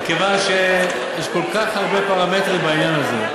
מכיוון שיש כל כך הרבה פרמטרים בעניין הזה.